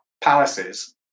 palaces